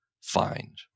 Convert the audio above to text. find